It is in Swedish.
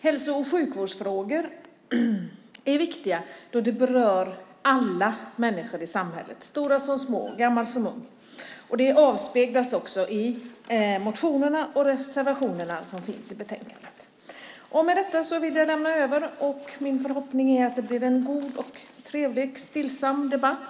Hälso och sjukvårdsfrågor är viktiga då de berör alla människor i samhället, stora som små och gamla som unga. Det avspeglas också i motionerna och reservationerna som finns i betänkandet. Med detta överlämnar jag ärendet till debattörerna, och min förhoppning är att det blir en god, trevlig och stillsam debatt.